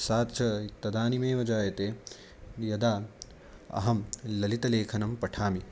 सा च तदानीमेव जायते यदा अहं ललितलेखनं पठामि